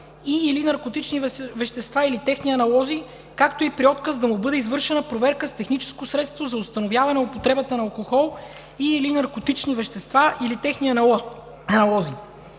и/или наркотични вещества или техни аналози, както и при отказ да му бъде извършена проверка с техническо средство за установяване употребата на алкохол и/или наркотични вещества или техни аналози,